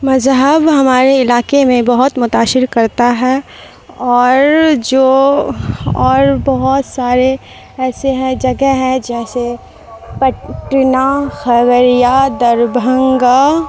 مذہب ہمارے علاقے میں بہت متاثر کرتا ہے اور جو اور بہت سارے ایسے ہیں جگہ ہیں جیسے پٹنہ کھگریا دربھنگہ